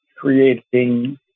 creating